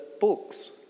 books